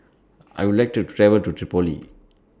I Would like to travel to Tripoli